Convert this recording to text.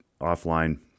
offline